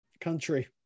country